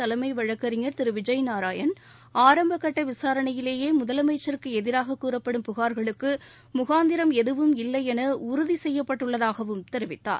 தலைமைவழக்கறிஞர் திருவிஜப் நாராயண் ஆரம்பக் கட்டவிசாரணையிலேயேமுதலமைச்சருக்குஎதிராகக் கூறப்படும் புகார்களுக்குமுகாந்திரம் எதுவும் இல்லைஎனஉறுதிசெய்யப்பட்டுள்ளதாகவும் தெரிவித்தார்